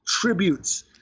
tributes